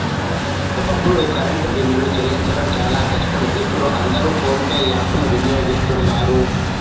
ఒకప్పుడు కరెంటు బిల్లులు చెల్లించడం చాలా కష్టం ఇప్పుడు అందరూ ఫోన్ పే యాప్ ను వినియోగిస్తున్నారు